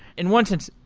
in one sense,